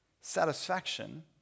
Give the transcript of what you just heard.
satisfaction